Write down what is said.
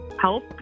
help